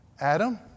Adam